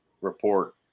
report